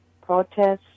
protests